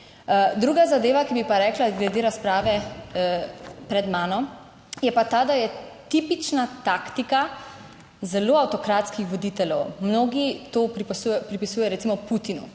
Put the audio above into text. Druga zadeva, ki bi pa rekla glede razprave, pred mano je pa ta, da je tipična taktika zelo avtokratskih voditeljev, mnogi to pripisujejo recimo Putinu.